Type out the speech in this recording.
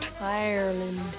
Ireland